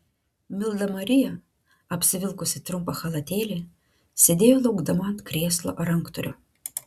milda marija apsivilkusi trumpą chalatėlį sėdėjo laukdama ant krėslo ranktūrio